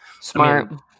Smart